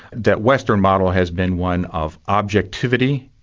that western model has been one of objectivity,